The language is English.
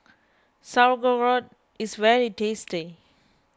Sauerkraut is very tasty